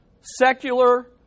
secular